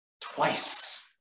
twice